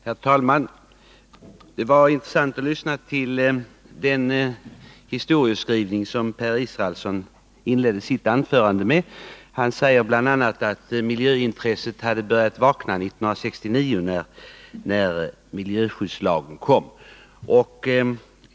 Herr talman! Det var intressant att lyssna till den historieskrivning som Per Israelsson inledde sitt anförande med. Han sade bl.a. att miljöintresset hade börjat vakna 1969, när miljöskyddslagen kom.